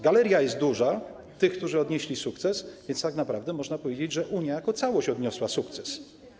Duża jest galeria tych, którzy odnieśli sukces, więc tak naprawdę można powiedzieć, że Unia jako całość odniosła sukces.